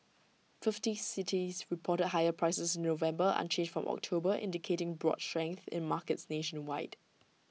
fifty cities reported higher prices November unchanged from October indicating broad strength in markets nationwide